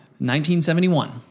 1971